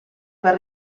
per